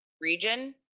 region